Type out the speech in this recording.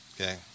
Okay